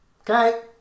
Okay